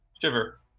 Shiver